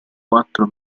quattro